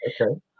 Okay